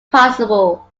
possible